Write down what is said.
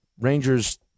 Rangers